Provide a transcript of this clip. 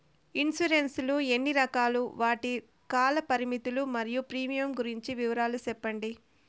Insurance లు ఎన్ని రకాలు? వాటి కాల పరిమితులు మరియు ప్రీమియం గురించి వివరాలు సెప్పండి?